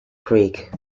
creek